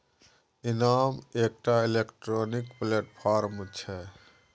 इनाम एकटा electronic platform छै